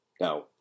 Now